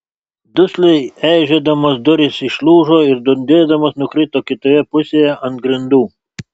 dusliai eižėdamos durys išlūžo ir dundėdamos nukrito kitoje pusėje ant grindų